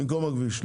במקום הכביש.